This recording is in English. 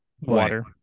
Water